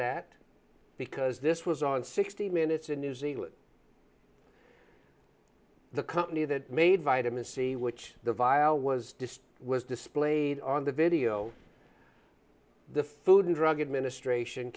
that because this was on sixty minutes in new zealand the company that made vitamin c which the vial was just was displayed on the video the food and drug administration